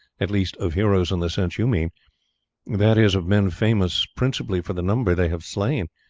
at least of heroes in the sense you mean that is, of men famous principally for the number they have slain,